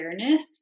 awareness